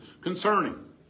concerning